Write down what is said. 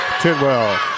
Tidwell